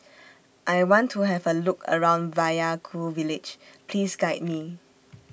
I want to Have A Look around Vaiaku Village Please Guide Me